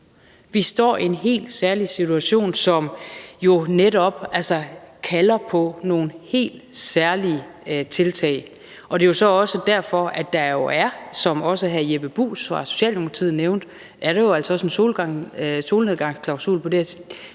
Vi står i en helt særlig situation, som jo netop kalder på nogle helt særlige tiltag, og det er jo så også derfor, at der, som også hr. Jeppe Bruus fra Socialdemokratiet nævnte, er en solnedgangsklausul på det her,